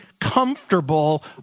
comfortable